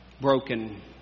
Broken